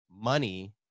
money